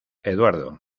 eduardo